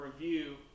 review